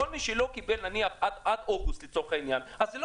כל מי שלא קיבל נניח עד אוגוסט לצורך העניין אני לא